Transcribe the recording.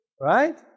Right